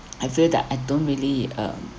I feel that I don't really um